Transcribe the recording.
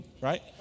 right